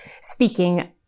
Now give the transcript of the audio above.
speaking